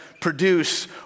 produce